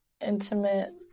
intimate